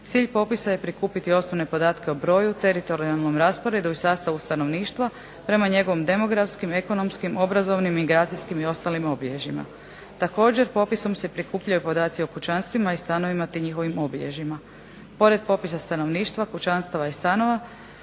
Cilj popisa je prikupiti osnovne podatke o broju, teritorijalnom rasporedu, sastavu stanovništva prema njegovim demografskim, ekonomskim, obrazovnim, migracijskim i ostalim obilježjima. Također popisom se prikupljaju podaci o kućanstvima, stanovima te njihovim obilježjima. Pored popisa stanovništva kućanstava i stanova